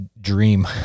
dream